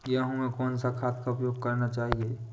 गेहूँ में कौन सा खाद का उपयोग करना चाहिए?